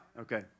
Okay